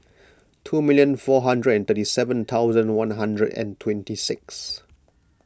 two minute four hundred and thirty seven thousand one hundred and twenty six